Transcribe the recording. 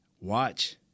Watch